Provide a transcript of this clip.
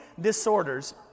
disorders